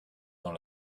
dans